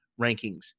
rankings